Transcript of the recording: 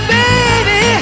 baby